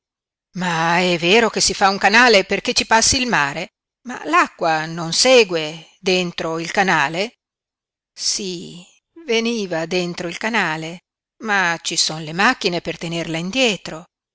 ma è vero che si fa un canale perché ci passi il mare ma l'acqua non segue dentro il canale sí veniva dentro il canale ma ci son le macchine per tenerla indietro